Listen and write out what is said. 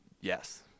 Yes